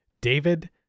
David